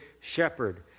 shepherd